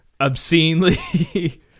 obscenely